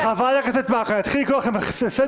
חברת הכנסת מארק, אני אתחיל לקרוא לכם לסדר?